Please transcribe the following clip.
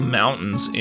mountains